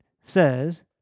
says